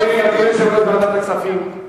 אדוני יושב-ראש ועדת הכספים,